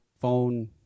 phone